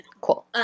cool